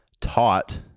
taught